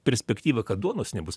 perspektyva kad duonos nebus